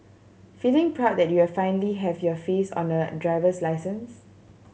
feeling proud that you are finally have your face on a driver's license